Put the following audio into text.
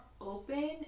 open